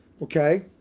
Okay